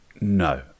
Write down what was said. No